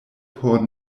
por